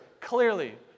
clearly